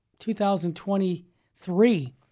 2023